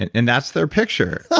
and and that's their picture.